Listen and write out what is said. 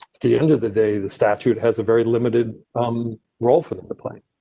the end of the day, the statute has a very limited um role for them to play.